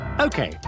Okay